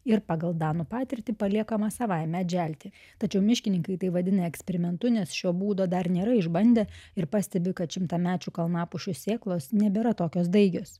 ir pagal danų patirtį paliekama savaime atželti tačiau miškininkai tai vadina eksperimentu nes šio būdo dar nėra išbandę ir pastebi kad šimtamečių kalnapušių sėklos nebėra tokios daigios